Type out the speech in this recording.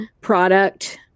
product